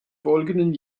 folgenden